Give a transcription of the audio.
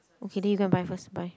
okay then you go and buy first bye